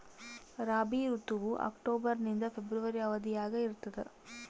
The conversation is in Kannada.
ರಾಬಿ ಋತುವು ಅಕ್ಟೋಬರ್ ನಿಂದ ಫೆಬ್ರವರಿ ಅವಧಿಯಾಗ ಇರ್ತದ